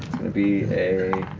going to be a